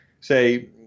say